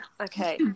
okay